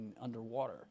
underwater